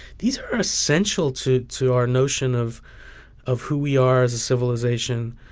these are essential to to our notion of of who we are as a civilization.